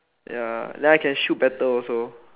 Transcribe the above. ya than I can shoot better also